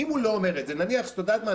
את יודעת מה,